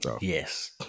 Yes